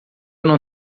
não